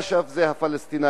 אש"ף זה הפלסטינים.